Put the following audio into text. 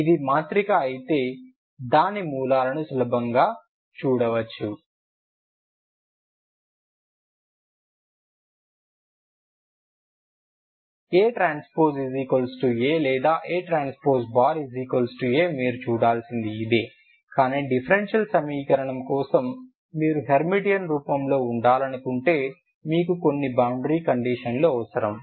ఇది మాత్రిక అయితే మీరు దాని మూలలను సులభంగా చూడవచ్చు ATA లేదా ATA మీరు చూడాల్సింది ఇదే కానీ డిఫరెన్షియల్ సమీకరణం కోసం మీరు హెర్మిటియన్ రూపంలో ఉండాలనుకుంటే మీకు కొన్ని బౌండరీ కండిషన్లు అవసరం